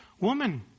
woman